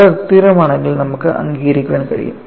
അത് തൃപ്തികരമാണെങ്കിൽ നമുക്ക് അംഗീകരിക്കാൻ കഴിയും